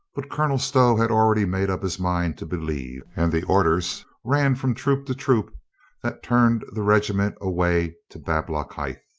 but colonel stow had already made up his mind to be lieve, and the orders ran from troop to troop that turned the regiment away to bablockhithe.